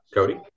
Cody